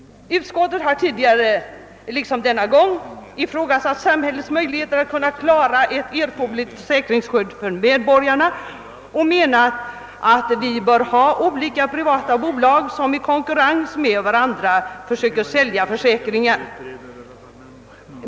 Utskottet har tidigare — liksom denna gång — ifrågasatt samhällets möjligheter att klara ett erforderligt försäkringsskydd för medborgarna och menat att det bör finnas olika privata bolag, som i konkurrens med varandra försöker sälja försäkringar.